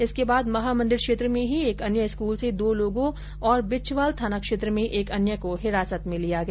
इसके बाद महामंदिर क्षेत्र में ही एक अन्य स्कूल से दो लोगो और बिच्छवाल थाना क्षेत्र में एक अन्य को हिरासत में लिया गया